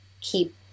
keep